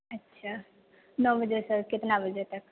अच्छा नओ बजे से कितना बजे तक